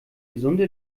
gesunde